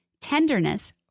tenderness